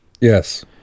Yes